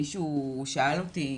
מישהו שאל אותי?